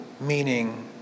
meaning